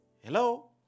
Hello